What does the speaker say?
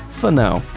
for now.